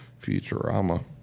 Futurama